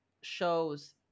shows